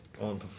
on